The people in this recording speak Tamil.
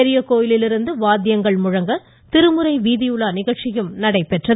பெரிய கோவிலிலிருந்து வாத்தியங்கள் முழுங்க திருமுறை வீதியுலா நிகழ்ச்சியும் நடைபெற்றது